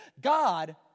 God